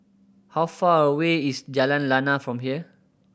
how far away is Jalan Lana from here